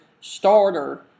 starter